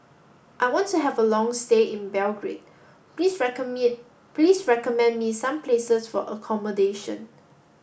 I want to have a long stay in Belgrade please me please recommend me some places for accommodation